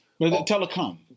Telecom